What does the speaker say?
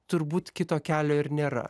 turbūt kito kelio ir nėra